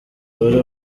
bari